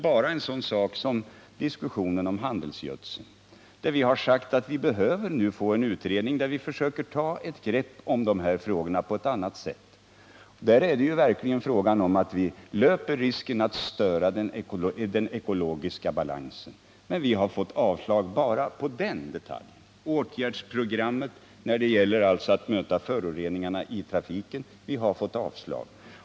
bara en sådan sak som diskussionen om handelsgödsel: Vi har sagt att vi nu behöver få en utredning, där vi försöker ta ett grepp om de här frågorna på ett annat sätt. Det är ju verkligen fråga om att vi löper risk att störa den ekologiska balansen. Men vi har fått avslag t.o.m. på den detaljfrågan. Och för ett åtgärdsprogram mot föroreningarna i trafiken har vi också fått avslag.